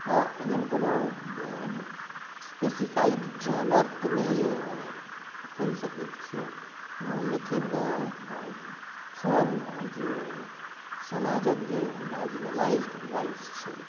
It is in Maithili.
एहेन कोनो स्पेसिफाइड जोनर तऽ नहि कहि सकैत छियै लेकिन हम जे समाजक जे मार्जिनलाइज्ड वाइस छै